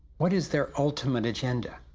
what is their ultimate agenda?